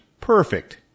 perfect